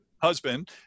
husband